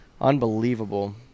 Unbelievable